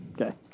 okay